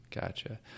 gotcha